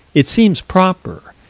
it seems proper,